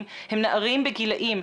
הוא היה ילד שמח, נמרץ,